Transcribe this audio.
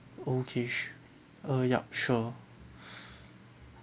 okay su~ uh yup sure